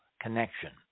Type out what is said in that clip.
connection